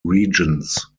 regions